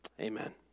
Amen